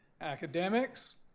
academics